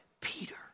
Peter